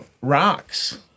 rocks